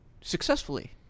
Successfully